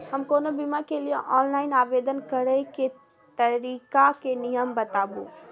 हम कोनो बीमा के लिए ऑनलाइन आवेदन करीके नियम बाताबू?